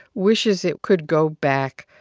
wishes it could go back